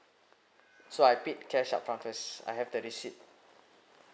so I paid cash upfront first I have the receipt